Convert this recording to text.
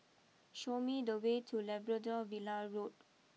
show me the way to Labrador Villa Road